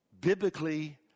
biblically